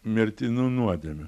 mirtinų nuodėmių